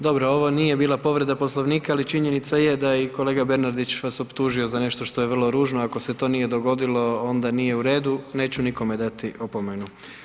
Dobro, ovo nije bila povreda Poslovnika ali činjenica je da je i kolega Bernardić vas optužio za nešto što je vrlo ružno ako se to nije dogodilo, onda nije u redu, neću nikome dati opomenu.